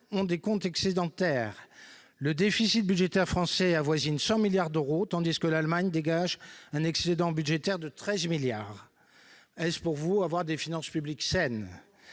a des comptes excédentaires. Le déficit budgétaire français avoisine 100 milliards d'euros, tandis que l'Allemagne dégage un excédent budgétaire de 13 milliards d'euros. Pour vous, est-ce avoir des finances publiques saines ?